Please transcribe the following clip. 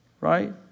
Right